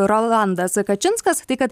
rolandas kačinskas tai kad